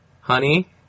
honey